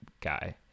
guy